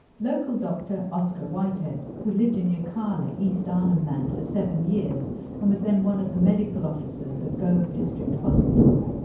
local doctor, oscar whitehead, who lived in yirrkala, east arnhem land for seven years and was then one of the medical officers at gove district hospital.